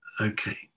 Okay